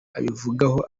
abivugaho